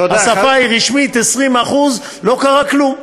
השפה היא רשמית, 20%. לא קרה כלום.